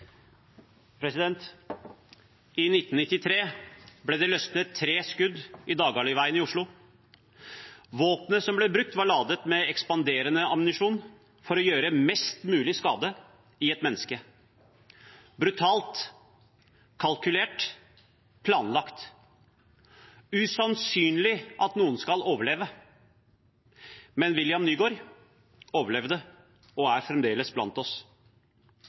5. I 1993 ble det løsnet tre skudd i Dagaliveien i Oslo. Våpenet som ble brukt, var ladet med ekspanderende ammunisjon for å gjøre mest mulig skade i et menneske – brutalt, kalkulert, planlagt og usannsynlig at noen skal overleve. Men William Nygaard overlevde og er fremdeles blant oss.